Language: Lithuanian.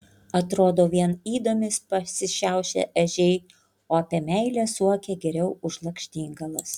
atrodo vien ydomis pasišiaušę ežiai o apie meilę suokia geriau už lakštingalas